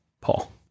Paul